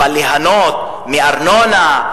אבל ליהנות מארנונה,